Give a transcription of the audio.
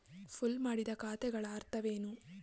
Pool ಮಾಡಿದ ಖಾತೆಗಳ ಅರ್ಥವೇನು?